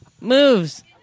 Moves